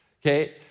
okay